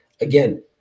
again